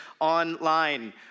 online